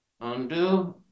Undo